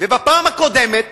בפעם הקודמת